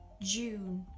june,